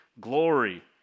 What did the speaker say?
glory